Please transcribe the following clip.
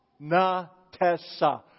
Natessa